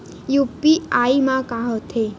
UPI मा का होथे?